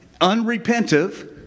unrepentive